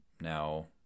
now